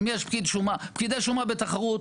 פקידי שומה בתחרות,